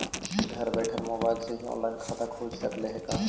घर बैठल मोबाईल से ही औनलाइन खाता खुल सकले हे का?